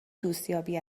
دوستیابی